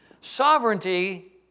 sovereignty